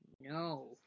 No